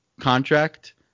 contract